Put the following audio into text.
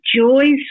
joys